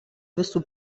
visų